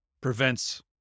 prevents